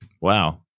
Wow